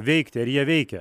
veikti ar jie veikia